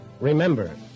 Remember